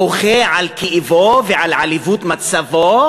בוכה על כאבו ועל עליבות מצבו,